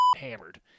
hammered